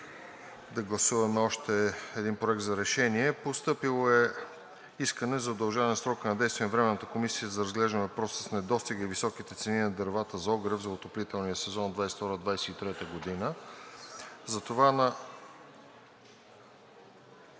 да гласуваме още един проект за решение. Постъпило е искане за удължаване срока на действие на Временната комисия за разглеждане на въпросите с недостига и високите цени на дървата за огрев за отоплителния сезон 2022 – 2023 г. Работата на